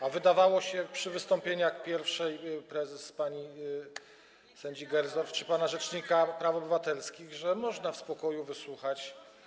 A wydawało się przy wystąpieniach pierwszej prezes pani sędzi Gersdorf czy pana rzecznika praw obywatelskich, że można w spokoju wysłuchać.